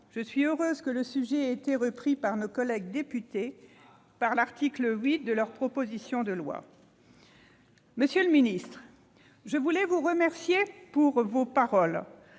je suis heureuse que le sujet ait été repris par nos collègues députés à l'article 8 de leur proposition de loi. Monsieur le ministre, je tiens à vous remercier pour vos propos.